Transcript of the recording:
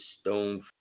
stone